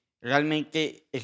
realmente